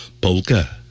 Polka